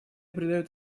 придает